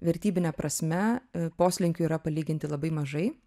vertybine prasme poslinkių yra palyginti labai mažai